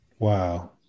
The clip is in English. wow